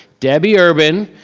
debbie urban.